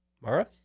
Mara